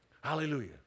Hallelujah